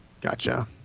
Gotcha